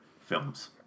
films